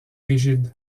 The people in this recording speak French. rigide